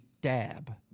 dab